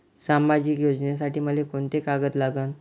सामाजिक योजनेसाठी मले कोंते कागद लागन?